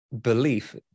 belief